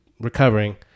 recovering